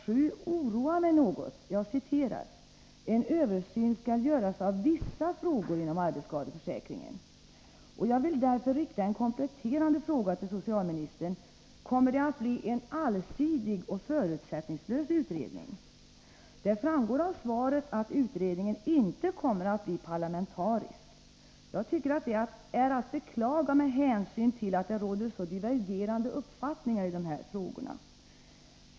7 oroar mig något: ”En översyn skall göras av vissa frågor inom arbetsskadeförsäkringen.” Jag vill därför rikta en kompletterande fråga till socialministern: Kommer det att bli en allsidig och förutsättningslös utredning? Det framgår av svaret att utredningen inte kommer att bli parlamentarisk. Jag tycker det är att beklaga, med hänsyn till att det finns så divergerande uppfattningar i de här frågorna.